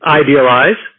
idealize